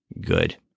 good